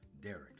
Derek